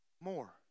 more